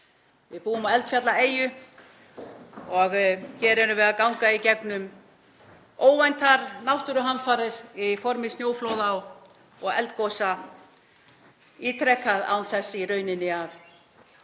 Við búum á eldfjallaeyju og hér erum við að ganga í gegnum óvæntar náttúruhamfarir í formi snjóflóða og eldgosa ítrekað án þess í rauninni að